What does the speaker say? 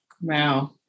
Wow